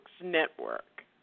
Network